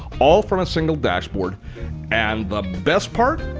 all from a single dashboard and the best part?